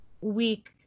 week